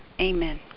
Amen